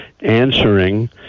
answering